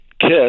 Kiss